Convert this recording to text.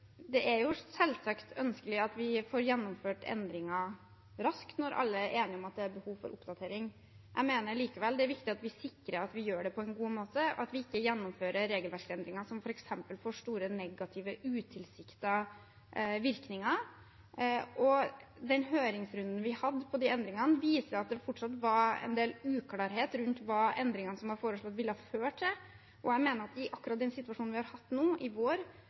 Det er selvsagt ønskelig at vi får gjennomført endringer raskt når alle er enige om at det er behov for oppdatering. Jeg mener likevel det er viktig at vi sikrer at vi gjør det på en god måte, og at vi ikke gjennomfører regelverksendringer som f.eks. får store negative utilsiktede virkninger. Høringsrunden vi hadde om endringene, viser at det fortsatt var en del uklarhet rundt hva endringene som var foreslått, ville ha ført til. I akkurat den situasjonen vi har hatt nå i vår,